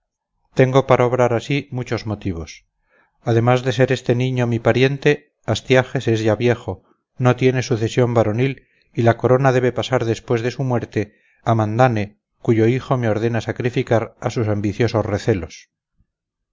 tengo para obrar así muchos motivos además de ser este niño mi pariente astiages es ya viejo no tiene sucesión varonil y la corona debe pasar después de su muerto a mandane cuyo hijo me ordena sacrificar a sus ambiciosos recelos